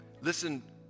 Listen